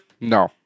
no